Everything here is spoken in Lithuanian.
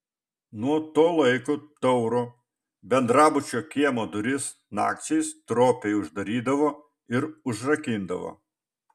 nuo to laiko tauro bendrabučio kiemo duris nakčiai stropiai uždarydavo ir užrakindavo